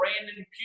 Brandon